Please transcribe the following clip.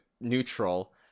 neutral